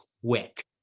quick